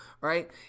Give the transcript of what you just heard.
right